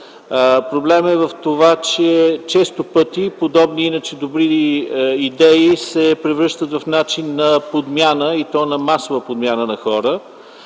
Проблемът е в това, че често пъти подобни, иначе добри идеи, се превръщат в начин на подмяна и то на масова подмяна на хора.